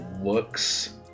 looks